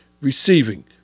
receiving